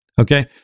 Okay